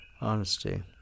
honesty